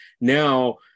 Now